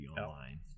online